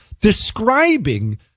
describing